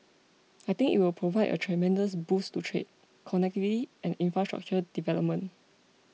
I think it will provide a tremendous boost to trade connectivity and infrastructure development